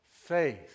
faith